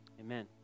Amen